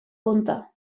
punta